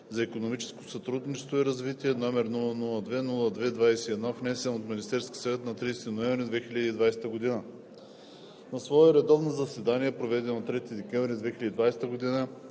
за икономическо сътрудничество и развитие № 002-02-21, внесен от Министерския съвет на 30 ноември 2020 г. На свое редовно заседание, проведено на 3 декември 2020 г.,